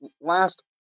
last